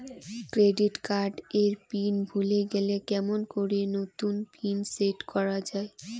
Credit card এর pin ভুলে গেলে কেমন করি নতুন পিন সেট করা য়ায়?